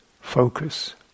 focus